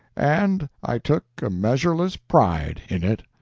and i took a measureless pride in it.